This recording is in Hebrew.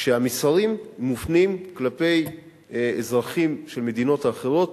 כשהמסרים מופנים כלפי האזרחים של מדינות אחרות